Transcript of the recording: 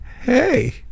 hey